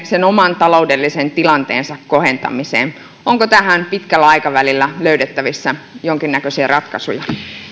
sen oman taloudellisen tilanteensa kohentamiseen onko tähän pitkällä aikavälillä löydettävissä jonkinnäköisiä ratkaisuja